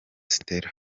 stella